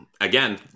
again